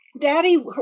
daddy